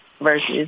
versus